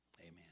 amen